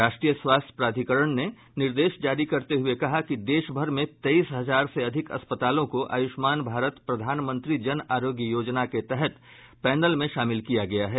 राष्ट्रीय स्वास्थ्य प्राधिकरण ने निर्देश जारी करते हुये कहा कि देशभर में तेईस हजार से अधिक अस्पतालों को आयुष्मान भारत प्रधानमंत्री जन आरोग्य योजना के तहत पैनल में शामिल किया गया है